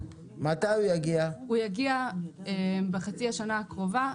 הוא יגיע בחצי השנה הקרובה.